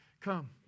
come